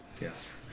Yes